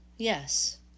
Yes